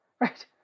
right